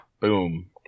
Boom